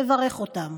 נברך אותם,